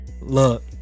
look